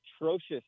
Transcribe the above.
atrocious